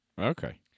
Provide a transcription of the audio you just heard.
Okay